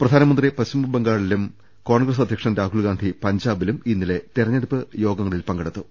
പ്രധാനമന്ത്രി പശ്ചിമ ബംഗാളിലും കോൺഗ്രസ് അധ്യക്ഷൻ രാഹുൽഗാന്ധി പഞ്ചാബിലും ഇന്നലെ തെരഞ്ഞെടുപ്പ് യോഗ ങ്ങളിൽ പങ്കെടുത്തു